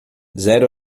zero